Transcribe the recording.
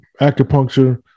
acupuncture